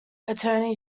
attorney